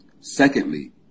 Secondly